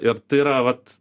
ir tai yra vat